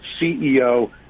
CEO